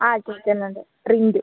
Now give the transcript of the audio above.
ആ കേൾക്കുന്നുണ്ട് റിൻറ്റു